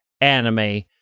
anime